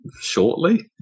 shortly